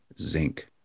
zinc